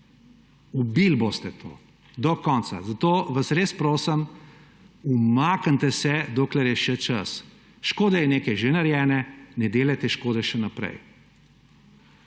Ubili boste to do konca. Zato vas res prosim, umaknite se, dokler je še čas. Škode je nekaj že narejene, ne delajte škode še naprej.